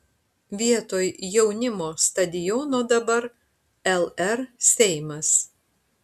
vietoj jaunimo stadiono dabar lr seimas